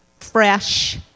fresh